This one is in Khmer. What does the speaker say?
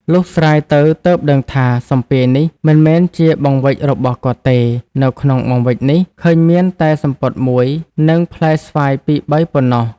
លុះស្រាយទៅទើបដឹងថា សំពាយនេះមិនមែនជាបង្វេចរបស់គាត់ទេ នៅក្នុងបង្វេចនេះឃើញមានតែសំពត់ ១ និង ផ្លែស្វាយ ២-៣ ប៉ុណ្ណោះ ។